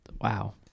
Wow